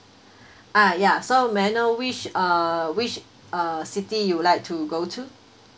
ah ya so may I know which uh which uh city you would like to go to